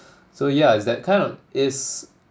so yeah it's that kind of it's